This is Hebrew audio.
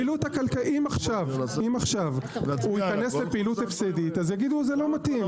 אם עכשיו הוא ייכנס לפעילות הפסדית אז יגידו זה לא מתאים.